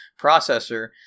processor